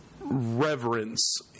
reverence